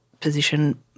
position